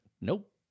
Nope